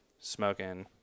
smoking –